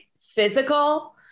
physical